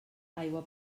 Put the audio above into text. aigua